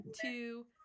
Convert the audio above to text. two